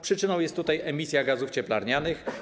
Przyczyną jest emisja gazów cieplarnianych.